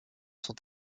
sont